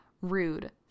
rude